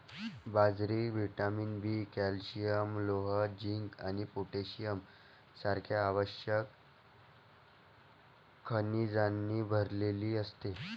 बाजरी vitamin B, calcium, लोह, zinc आणि पोटॅशियम सारख्या आवश्यक खनिजांनी भरलेली असते